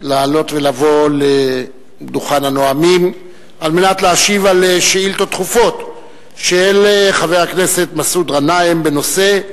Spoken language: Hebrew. לעלות לדוכן הנואמים כדי להשיב על שאילתא דחופה של מסעוד גנאים בנושא: